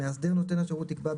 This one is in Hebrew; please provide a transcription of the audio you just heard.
מאסדר נותן השירות יקבע,